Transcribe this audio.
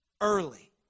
Early